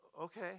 Okay